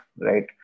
right